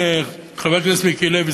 חבר כנסת מיקי לוי,